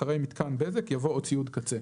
אחרי "מיתקן בזק" יבוא "או ציוד קצה"."